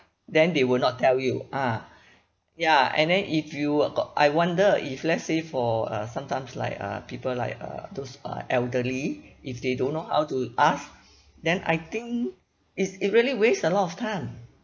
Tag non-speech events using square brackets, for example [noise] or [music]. then they will not tell you ah [breath] ya and then if you uh got I wonder if let's say for uh sometimes like uh people like uh those uh elderly if they don't know how to ask [breath] then I think it's it really waste a lot of time